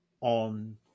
on